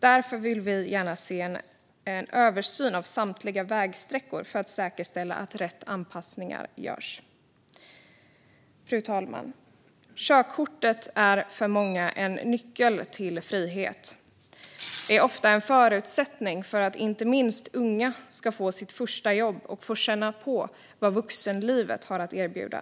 Därför vill vi se en översyn av samtliga vägsträckor för att säkerställa att rätt anpassningar görs. Fru talman! Körkortet är för många en nyckel till frihet. Det är ofta en förutsättning för att inte minst unga ska få sitt första jobb och få känna på vad vuxenlivet har att erbjuda.